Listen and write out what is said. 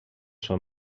són